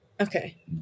okay